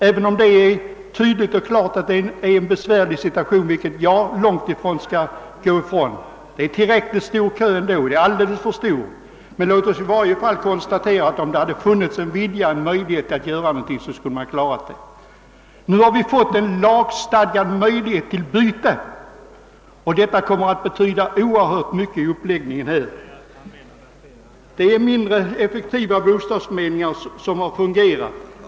Den innebär tydligt och klart att situationen trots allt är besvärlig. Kön är tillräckligt stor i alla fall — alldeles för stor. Men låt oss konstatera att om det hade funnits en möjlighet att göra någonting positivt tidigare skulle man ha kunnat klara situationen bättre. Nu kommer vi att få en lagstadgad möjlighet till lägenhetsbyte. Detta kom mer att betyda oerhört mycket i uppläggningen. De bostadsförmedlingar som bar fungerat har varit mer eller mindre effektiva.